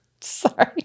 Sorry